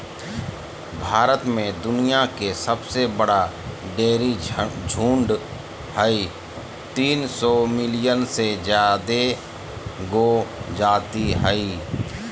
भारत में दुनिया के सबसे बड़ा डेयरी झुंड हई, तीन सौ मिलियन से जादे गौ जाती हई